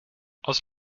aus